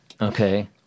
okay